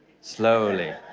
slowly